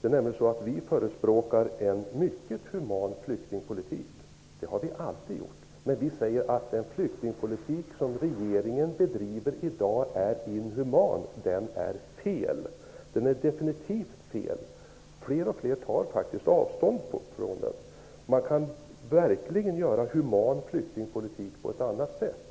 Det är nämligen så att vi förespråkar en mycket human flyktingpolitik. Det har vi alltid gjort. Men vi säger att den flyktingpolitik som regeringen bedriver i dag är inhuman. Den är definitivt fel. Fler och fler tar faktiskt avstånd från den. Man kan verkligen göra human flyktingpolitik på ett annat sätt.